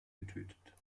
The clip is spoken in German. getötet